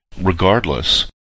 regardless